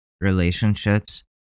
relationships